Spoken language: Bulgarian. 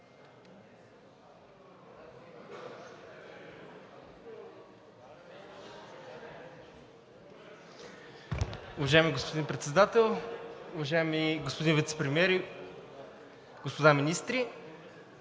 Уважаеми господин Председател, уважаеми господин Вицепремиер, господа министри!